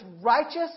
righteous